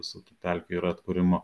su tų pelkių ir atkūrimu